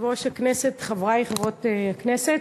יושב-ראש הכנסת, חברי וחברות הכנסת,